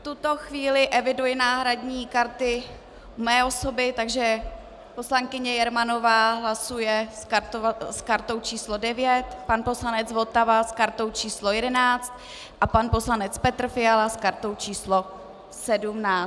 V tuto chvíli eviduji náhradní karty mé osoby, takže poslankyně Jermanová hlasuje s kartou číslo 9, pan poslanec Votava s kartou číslo 11 a pan poslanec Petr Fiala s kartou číslo 17.